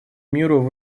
миру